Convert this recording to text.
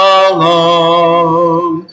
alone